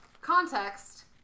context